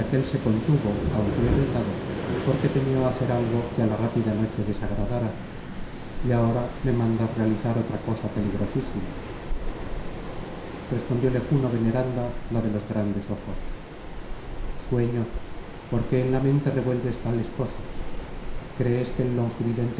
se contuvo aunque irritado porque temió hacer algo que á la rápida noche desagradara y ahora me mandas realizar otra cosa peligrosísima respondióle juno veneranda la de los grandes ojos sueño por qué en la mente revuelves tales cosas crees que el